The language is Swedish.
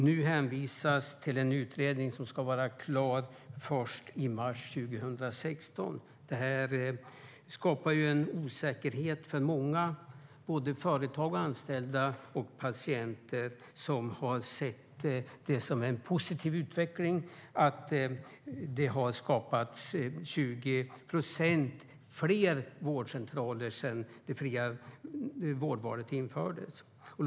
Nu hänvisas till en utredning som ska vara klar först i mars 2016. Detta skapar en osäkerhet för många, såväl företag som anställda och patienter som har sett det som en positiv utveckling att det har startats 20 procent fler vårdcentraler sedan det fria vårdvalet infördes. Fru talman!